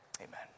amen